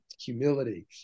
Humility